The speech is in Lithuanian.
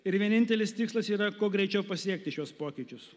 ir vienintelis tikslas yra kuo greičiau pasiekti šiuos pokyčius